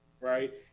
right